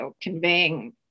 conveying